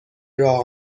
راه